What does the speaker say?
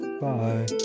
bye